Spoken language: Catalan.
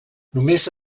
només